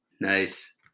nice